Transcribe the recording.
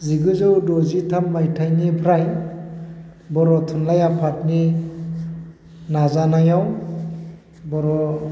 जिगुजौ द'जिथाम मायथाइनिफ्राय बर' थुनलाय आफादनि नाजानायाव बर'